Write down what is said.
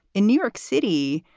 in new york city,